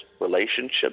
relationships